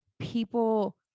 people